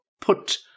put